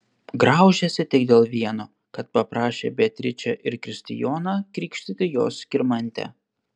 graužėsi tik dėl vieno kad paprašė beatričę ir kristijoną krikštyti jos skirmantę